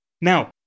Now